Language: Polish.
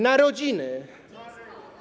Na rodziny.